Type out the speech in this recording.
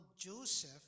Joseph